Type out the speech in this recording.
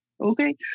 Okay